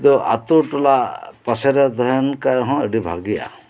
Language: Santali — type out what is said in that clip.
ᱛᱳ ᱟᱹᱛᱩ ᱴᱚᱞᱟ ᱯᱟᱥᱮ ᱨᱮ ᱛᱟᱦᱮᱱ ᱠᱷᱟᱡ ᱨᱮᱦᱚᱸ ᱟᱹᱰᱤ ᱵᱷᱟᱹᱜᱤᱜᱼᱟ